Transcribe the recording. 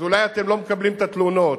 אז אולי אתם לא מקבלים את התלונות,